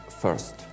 first